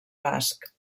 basc